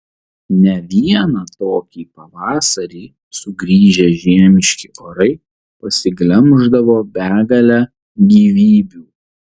ne vieną tokį pavasarį sugrįžę žiemiški orai pasiglemždavo begalę gyvybių